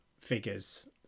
figures